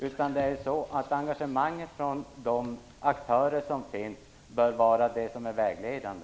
Engagemanget från de aktörer som finns bör vara vägledande.